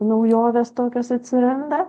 naujovės tokios atsiranda